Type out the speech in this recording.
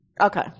Okay